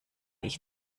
ich